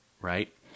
right